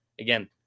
again